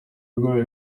indwara